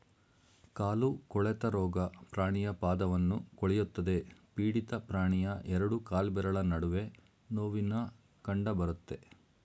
ಕಾಲು ಕೊಳೆತ ರೋಗ ಪ್ರಾಣಿಯ ಪಾದವನ್ನು ಕೊಳೆಯುತ್ತದೆ ಪೀಡಿತ ಪ್ರಾಣಿಯ ಎರಡು ಕಾಲ್ಬೆರಳ ನಡುವೆ ನೋವಿನ ಕಂಡಬರುತ್ತೆ